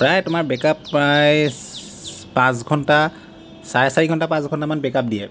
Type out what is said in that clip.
প্ৰায় তোমাৰ back up প্ৰায় পাঁচ ঘণ্টা চাৰে চাৰি ঘণ্টা পাঁচঘণ্টামান বেক আপ দিয়ে